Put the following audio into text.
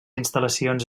instal·lacions